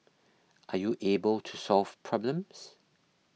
are you able to solve problems